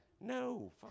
No